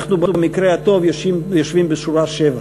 אנחנו במקרה הטוב ישבנו בשורה שבע,